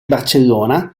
barcellona